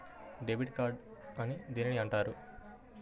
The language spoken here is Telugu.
డెబిట్ కార్డు అని దేనిని అంటారు?